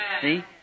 See